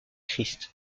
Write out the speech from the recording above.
christ